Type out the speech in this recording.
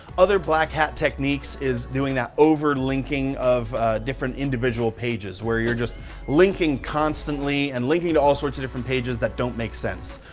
other black hat techniques is doing that over-linking of different individual pages where you're just linking constantly and linking to all sorts of different pages that don't make sense.